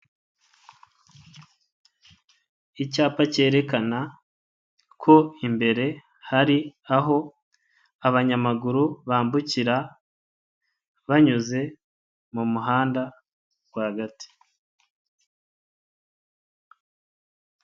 Icyapa cyerekana ko imbere hari aho abanyamaguru bambukira banyuze mu muhanda rwagati.